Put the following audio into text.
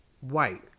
white